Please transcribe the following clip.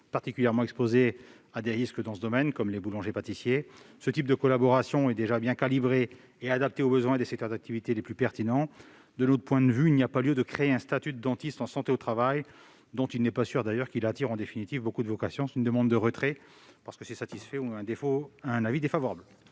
particulièrement exposés à des risques dans ce domaine, comme les boulangers-pâtissiers. Ce type de collaboration est bien calibré et adapté aux besoins des secteurs d'activité les plus pertinents. Il n'y a donc pas lieu de créer un statut de dentiste en santé au travail, dont il n'est pas sûr qu'il attire, en définitive, beaucoup de vocations. Je demande donc le retrait de cet amendement ; à défaut, l'avis serait défavorable.